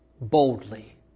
boldly